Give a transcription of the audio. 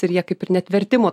tai ir jie kaip ir net vertimo